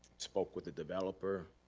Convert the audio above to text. spoke with the developer,